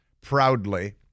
proudly